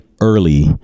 early